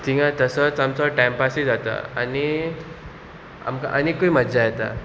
तिंगा तसोच आमचो टायमपासूय जाता आनी आमकां आनीकूय मज्जा येता